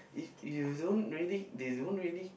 if if you don't really they don't really